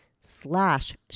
slash